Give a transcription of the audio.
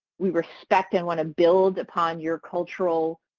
we respect and want to build upon your cultural